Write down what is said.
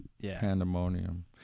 Pandemonium